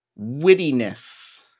wittiness